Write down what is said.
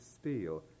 steel